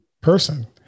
person